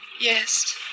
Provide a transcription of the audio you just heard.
Yes